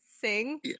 sing